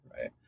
right